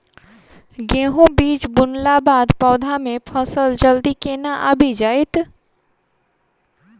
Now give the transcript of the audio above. गेंहूँ बीज बुनला बाद पौधा मे फसल जल्दी केना आबि जाइत?